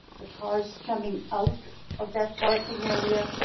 the cars coming out of that parking area,